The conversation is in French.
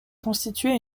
constituer